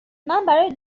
برای